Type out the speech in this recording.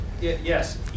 yes